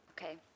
Okay